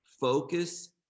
focus